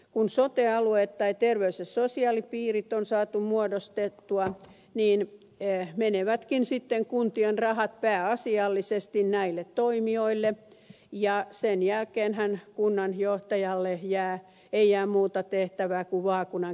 kun sote alueet tai terveys ja sosiaalipiirit on saatu muodostettua niin menevätkin kuntien rahat pääasiallisesti näille toimijoille ja sen jälkeenhän kunnanjohtajalle ei jää muuta tehtävää kuin vaakunan kiillottaminen